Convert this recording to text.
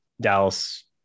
Dallas